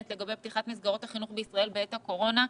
לגבי פתיחת מסגרות החינוך בישראל בעת הקורונה.